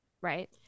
Right